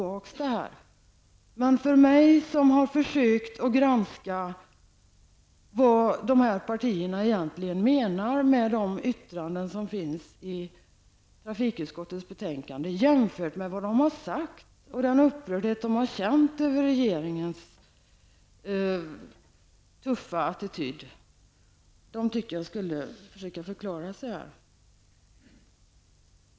Ge mig dock en förklaring. Jag har försökt att granska vad dessa partier egentligen menar med sina yttranden i trafikutskottets betänkande jämfört med vad de har sagt och med den upprördhet som de har känt när det gäller regeringens tuffa attityd.